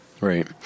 Right